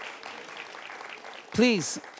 Please